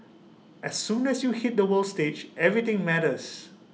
as soon as you hit the world stage everything matters